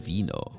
Vino